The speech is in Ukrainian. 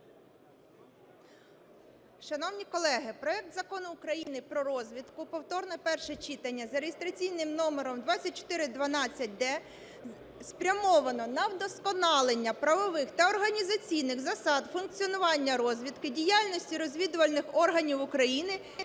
Шановні колеги, проект Закону України про розвідку (повторне перше читання) за реєстраційним номером 2412-д спрямовано на вдосконалення правових та організаційних засад функціонування розвідки, діяльності розвідувальних органів України